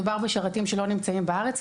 מדובר בשרתים שלא מצויים בארץ.